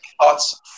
thoughts